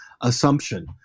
assumption